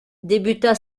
débuta